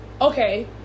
Okay